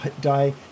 Die